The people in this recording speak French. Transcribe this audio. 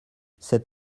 cet